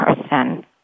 person